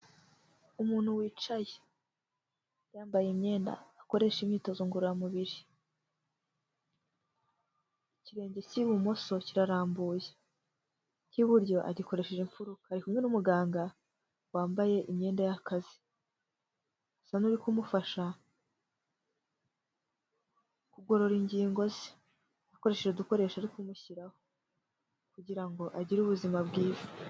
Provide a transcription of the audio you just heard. Umuntu wicaye, yambaye imyenda akoresha imyitozo ngororamubiri, ikirenge cy'ibumoso kirarambuye, icy'iburyo agikoresheje imfuruka, ari kumwe n'umuganda wambaye imyenda y'akazi, asa n'uri kumufasha kugorora ingingo ze akoresheje udukoresho ari kumushyiraho kugira ngo agire ubuzima bwiza.